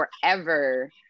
forever